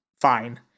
fine